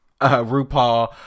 RuPaul